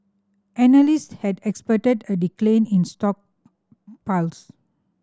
analysts had expected a decline in stockpiles